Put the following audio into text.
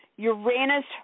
Uranus